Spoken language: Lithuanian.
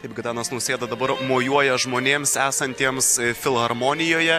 taip gitanas nausėda dabar mojuoja žmonėms esantiems filharmonijoje